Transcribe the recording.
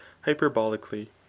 hyperbolically